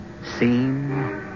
Seen